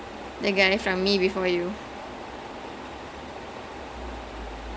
eh superman can act meh no lah superman can act meh I don't think so